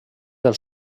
del